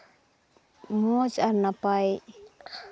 ᱢᱚᱡᱽ ᱟᱨ ᱱᱟᱯᱟᱭ